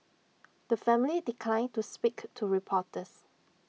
the family declined to speak to reporters